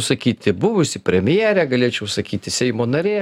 sakyti buvusi premjerė galėčiau sakyti seimo narė